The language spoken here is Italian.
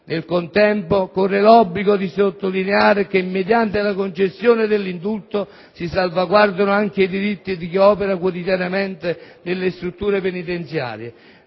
Nel contempo, corre l'obbligo di sottolineare che mediante la concessione dell'indulto si salvaguardano anche i diritti di chi opera quotidianamente nelle strutture penitenziarie,